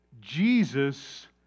Jesus